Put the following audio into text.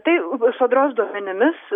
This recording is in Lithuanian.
tai sodros duomenimis